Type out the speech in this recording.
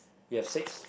you have six